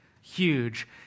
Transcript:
huge